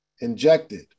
injected